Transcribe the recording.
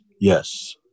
yes